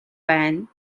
байна